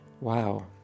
wow